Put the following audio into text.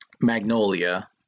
Magnolia